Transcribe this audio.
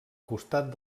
costat